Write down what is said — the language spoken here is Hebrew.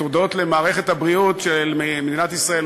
והודות למערכת הבריאות של מדינת ישראל,